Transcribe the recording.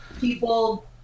people